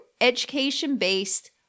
education-based